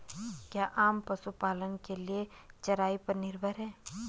क्या राम पशुपालन के लिए चराई पर निर्भर है?